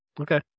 Okay